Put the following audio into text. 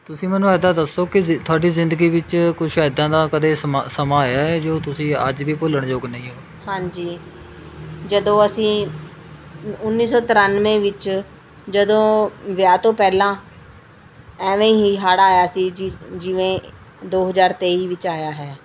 ਤੁਸੀਂ ਮੈਨੂੰ ਇੱਦਾਂ ਦੱਸੋ ਕਿ ਤੁਹਾਡੀ ਜ਼ਿੰਦਗੀ ਵਿੱਚ ਕੁਛ ਇੱਦਾਂ ਦਾ ਕਦੇ ਸਮ ਸਮਾਂ ਆਇਆ ਹੈ ਜੋ ਤੁਸੀਂ ਅੱਜ ਵੀ ਭੁੱਲਣਯੋਗ ਨਹੀਂ ਹੋ ਹਾਂਜੀ ਜਦੋਂ ਅਸੀਂ ਉੱਨੀ ਸੌ ਤਰਾਨਵੇਂ ਵਿੱਚ ਜਦੋਂ ਵਿਆਹ ਤੋਂ ਪਹਿਲਾਂ ਇਵੇਂ ਹੀ ਹੜ੍ਹ ਆਇਆ ਸੀ ਜਿ ਜਿਵੇਂ ਦੋ ਹਜ਼ਾਰ ਤੇਈ ਵਿੱਚ ਆਇਆ ਹੈ